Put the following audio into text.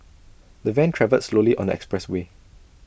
the van travelled slowly on the expressway